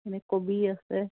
এনেই কবি আছে